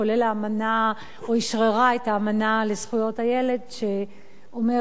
כולל אשררה את האמנה בדבר זכויות הילד שאומרת